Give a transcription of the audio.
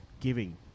giving